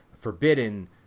forbidden